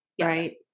Right